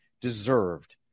Deserved